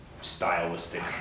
stylistic